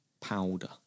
Powder